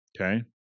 Okay